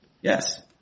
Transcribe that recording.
Yes